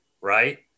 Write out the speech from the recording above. right